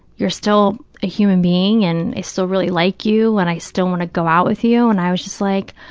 you're still a human being and i still really like you and i still want to go out with you, and i was just like,